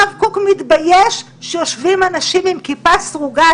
הרב קוק מתבייש שיושבים אנשים עם כיפה סרוגה,